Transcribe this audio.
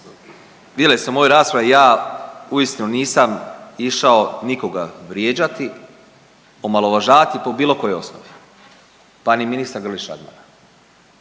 vidjeli ste u mojoj raspravi ja uistinu nisam išao nikoga vrijeđati, omalovažavati po bilo kojoj osnovi, pa ni ministra Grlić Radmana.